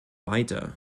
weiter